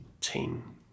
team